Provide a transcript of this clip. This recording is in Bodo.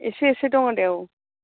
एसे एसे दङो दे औ